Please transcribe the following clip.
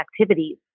activities